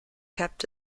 kept